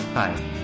Hi